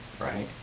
right